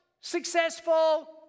successful